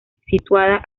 situada